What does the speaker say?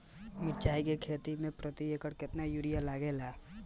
मिरचाई के खेती मे प्रति एकड़ केतना यूरिया लागे ला?